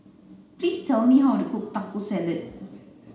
please tell me how to cook Taco Salad